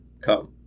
come